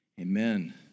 Amen